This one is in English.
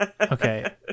Okay